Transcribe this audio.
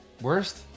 Worst